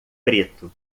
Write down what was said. preto